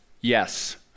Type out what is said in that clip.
yes